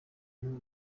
nuwo